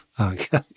okay